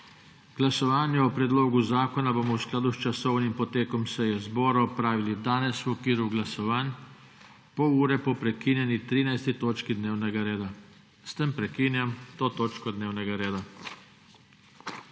Glasovanje o predlogu zakona bomo v skladu s časovnim potekom seje zbora opravili danes v okviru glasovanj, to je pol ure po prekinjeni 13. točki dnevnega reda. S tem prekinjam to točko dnevnega reda.